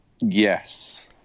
Yes